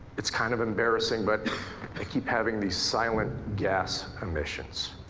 it's kind of embarrassing but i keep having these silent gas emissions.